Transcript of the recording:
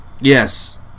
yes